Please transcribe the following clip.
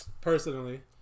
personally